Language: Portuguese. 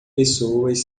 pessoas